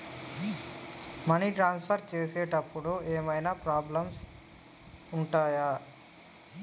Money transfer చేసేటప్పుడు ఏమైనా problems ఉంటయా?